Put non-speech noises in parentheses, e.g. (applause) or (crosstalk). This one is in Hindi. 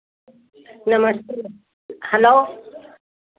नमस्ते (unintelligible) हलो